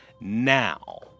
Now